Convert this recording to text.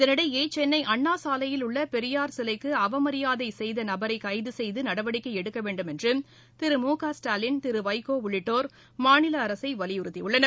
இதனிடையே சென்னை அண்ணாசாலையில் உள்ள பெரியார் சிலைக்கு அவமரியாதை செய்த நபரை கைது செய்து நடவடிக்கை எடுக்க வேண்டுமென்று திரு மு க ஸ்டாலின் திரு வைகோ உள்ளிட்டோர் மாநில அரசை வலியுறுத்தியுள்ளனர்